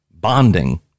bonding